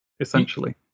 essentially